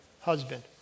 husband